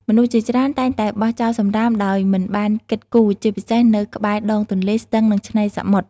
មនុស្សជាច្រើនតែងតែបោះចោលសំរាមដោយមិនបានគិតគូរ ជាពិសេសនៅក្បែរដងទន្លេ ស្ទឹង និងឆ្នេរសមុទ្រ។